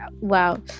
wow